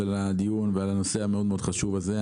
על הדיון ועל הנושא החשוב הזה.